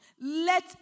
Let